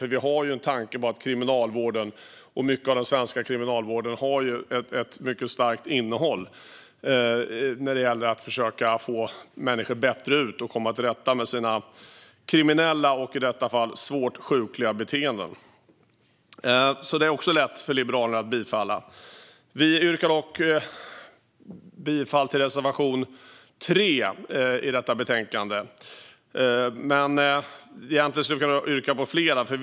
Vi har en tanke med att kriminalvården och mycket av den svenska kriminalvården har ett mycket starkt innehåll när det gäller att försöka få människor bättre ut och komma till rätta med sina kriminella och i detta fall svårt sjukliga beteenden. Det är också lätt för Liberalerna att bifalla. Jag yrkar bifall till reservation 3 i detta betänkande. Jag hade förstås kunnat yrka bifall till flera.